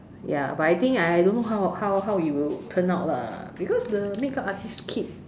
ya but I think I don't how how how it will turn out lah because the makeup artist keep